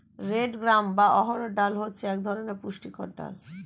red gram বা অড়হর ডাল হচ্ছে এক ধরনের পুষ্টিকর ডাল